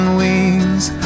wings